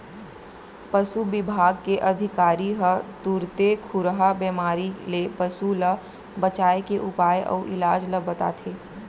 पसु बिभाग के अधिकारी ह तुरते खुरहा बेमारी ले पसु ल बचाए के उपाय अउ इलाज ल बताथें